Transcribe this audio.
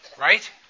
Right